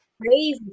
Crazy